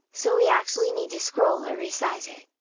so we actually need to scroll or resize it!